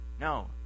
no